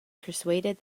persuaded